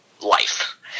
life